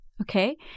Okay